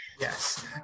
Yes